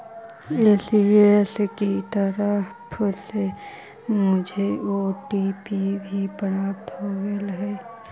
ECS की तरफ से मुझे ओ.टी.पी भी प्राप्त होलई हे